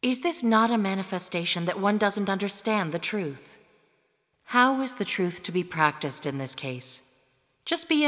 is this not a manifestation that one doesn't understand the truth how is the truth to be practiced in this case just be